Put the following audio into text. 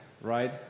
right